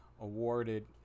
awarded